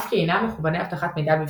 אף כי אינם מכווני אבטחת מידע בבסיסם.